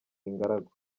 ingaragu